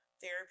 therapy